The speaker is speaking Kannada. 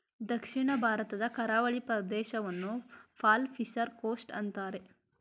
ದಕ್ಷಿಣ ಭಾರತದ ಕರಾವಳಿ ಪ್ರದೇಶವನ್ನು ಪರ್ಲ್ ಫಿಷರಿ ಕೋಸ್ಟ್ ಅಂತರೆ